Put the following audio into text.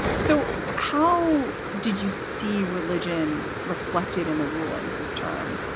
so how did you see religion reflected in the rulings this term?